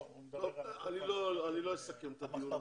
אני לא אסכם את הדיון.